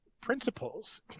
principles